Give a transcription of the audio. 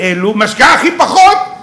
משקיעה הכי פחות,